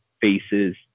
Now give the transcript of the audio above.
faces